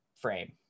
frame